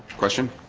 question,